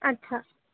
अच्छा